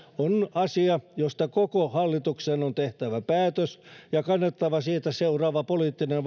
asia josta koko hallituksen on tehtävä päätös ja kannettava siitä seuraava poliittinen